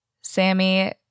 Sammy